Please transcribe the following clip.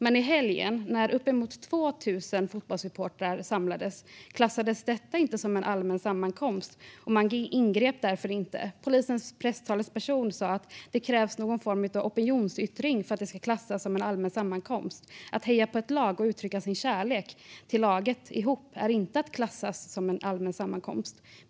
Men när uppemot 2 000 fotbollssupportrar samlades i helgen klassades det inte som allmän sammankomst. Man ingrep därför inte. Polisens presstalesperson sa att det krävs någon form av opinionsyttring för att det ska klassas som allmän sammankomst. Att heja på ett lag och tillsammans uttrycka sin kärlek till laget klassas inte som allmän sammankomst.